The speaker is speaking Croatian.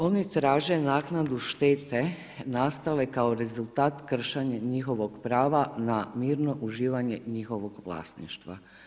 Oni traže naknadu štete nastale kao rezultat kršenja njihovih prava na mirno uživanje njihovog vlasništva.